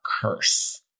curse